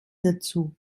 dazu